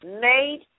made